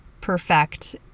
perfect